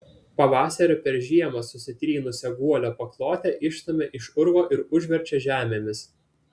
pavasarį per žiemą susitrynusią guolio paklotę išstumia iš urvo ir užverčia žemėmis